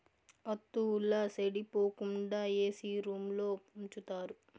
వత్తువుల సెడిపోకుండా ఏసీ రూంలో ఉంచుతారు